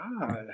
god